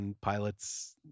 Pilots